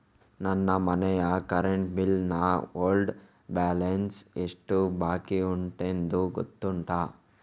ನನ್ನ ಮನೆಯ current bill ನ ಓಲ್ಡ್ ಬ್ಯಾಲೆನ್ಸ್ ಎಷ್ಟು ಬಾಕಿಯುಂಟೆಂದು ಗೊತ್ತುಂಟ?